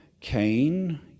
Cain